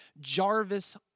Jarvis